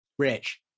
Rich